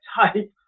type